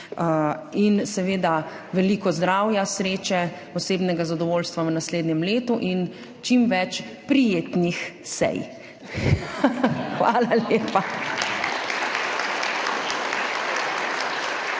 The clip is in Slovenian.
in seveda veliko zdravja, sreče, osebnega zadovoljstva v naslednjem letu in čim več prijetnih sej! / smeh/ Hvala lepa.